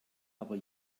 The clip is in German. aber